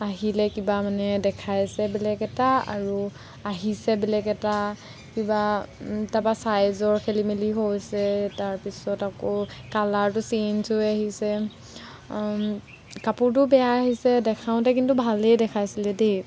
আহিলে কিবা মানে দেখাইছে বেলেগ এটা আৰু আহিছে বেলেগ এটা কিবা তাৰপৰা চাইজৰ খেলিমেলি হৈছে তাৰ পিছত আকৌ কালাৰটো চেইঞ্জ হৈ আহিছে কাপোৰটো বেয়া আহিছে দেখাওঁতে কিন্তু ভালেই দেখাইছিলে দেই